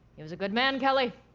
he was a good man, kelly